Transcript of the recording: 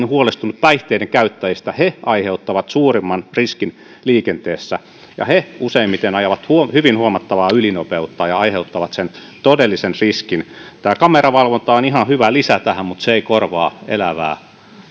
huolestunut päihteiden käyttäjistä he aiheuttavat suurimman riskin liikenteessä ja he useimmiten ajavat hyvin huomattavaa ylinopeutta ja ja aiheuttavat sen todellisen riskin tämä kameravalvonta on ihan hyvä lisä tähän mutta se ei korvaa elävää